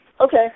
Okay